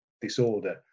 disorder